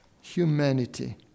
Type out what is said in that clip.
humanity